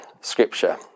Scripture